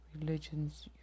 religions